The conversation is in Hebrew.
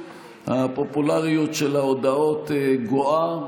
הפופולריות של ההודעות גואה,